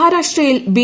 മഹാരാഷ്ട്രയിൽ ബി